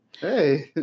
Hey